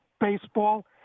baseball